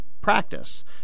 Practice